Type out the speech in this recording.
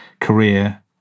career